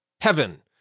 heaven